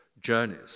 journeys